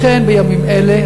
בימים אלה,